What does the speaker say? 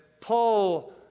Pull